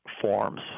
forms